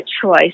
choice